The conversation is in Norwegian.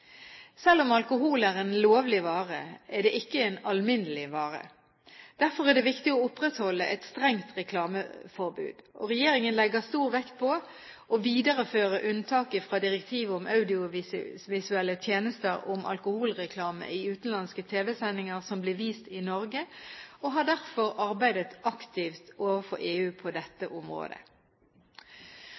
Selv om alkohol er en lovlig vare, er det ikke en alminnelig vare. Derfor er det viktig å opprettholde et strengt reklameforbud. Regjeringen legger stor vekt på å videreføre unntaket fra direktivet om audiovisuelle tjenester om alkoholreklame i utenlandske tv-sendinger som blir vist i Norge, og har derfor arbeidet aktivt overfor EU på dette området.